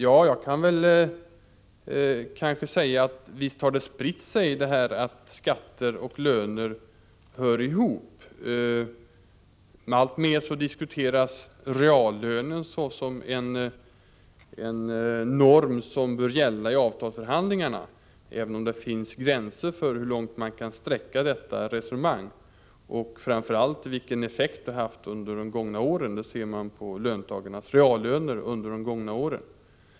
Ja, jag kan väl säga att visst har det spridit sig att skatter och löner hör ihop. Alltmer diskuteras reallönen såsom en norm som bör gälla i avtalsförhandlingarna, även om det finns gränser för hur långt man kan sträcka detta resonemang och framför allt vilken effekt det haft. Det ser man på löntagarnas reallöner under de gångna åren.